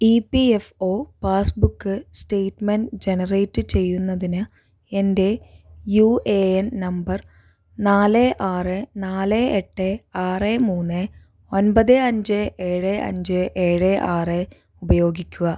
E P F O passbook statement generate ചെയ്യുന്നതിന് എൻ്റെ U A N number നാല് ആറ് നാല് എട്ട് ആറ് മൂന്ന് ഒൻപത് അഞ്ച് ഏഴ് അഞ്ച് ഏഴ് ആറ് ഉപയോഗിക്കുക